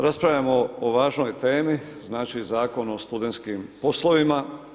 Raspravljamo o važnoj temi, znači Zakon o studentskim poslovima.